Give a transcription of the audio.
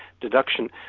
deduction